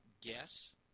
guess